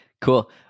Cool